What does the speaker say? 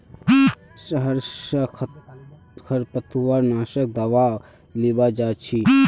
शहर स खरपतवार नाशक दावा लीबा जा छि